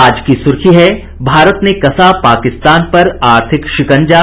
आज की सुर्खी है भारत ने कसा पाकिस्तान पर आर्थिक शिकंजा